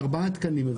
ארבעה תקנים.